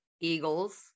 Eagles